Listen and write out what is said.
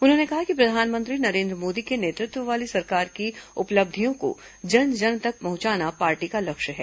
उन्होंने कहा कि प्रधानमंत्री नरेन्द्र मोदी के नेतृत्व वाली सरकार की उपलब्धियों को जन जन तक पहुंचाना पार्टी का लक्ष्य है